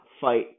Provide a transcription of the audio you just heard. fight